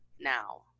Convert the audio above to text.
now